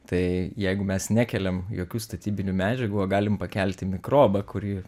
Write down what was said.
tai jeigu mes nekeliam jokių statybinių medžiagų o galim pakelti mikrobą kurį